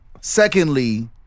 Secondly